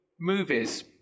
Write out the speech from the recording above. movies